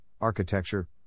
architecture